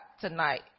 tonight